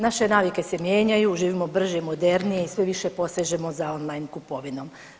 Naše navike se mijenjaju, živimo brže i modernije i sve više posežemo za online kupovinom.